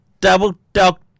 double-dog